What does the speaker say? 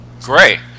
great